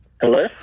Hello